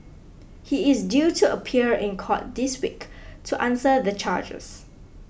he is due to appear in court this week to answer the charges